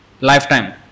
lifetime